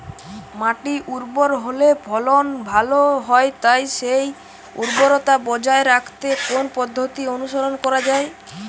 মাটি উর্বর হলে ফলন ভালো হয় তাই সেই উর্বরতা বজায় রাখতে কোন পদ্ধতি অনুসরণ করা যায়?